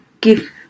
give